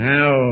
Now